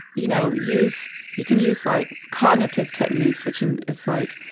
you know use you can use, like, cognitive techniques which and it's like,